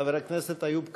חבר הכנסת איוב קרא,